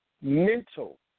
Mental